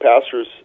pastors